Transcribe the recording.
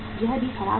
यह भी खराब है